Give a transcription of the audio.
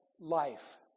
life